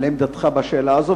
על עמדתך בשאלה הזו,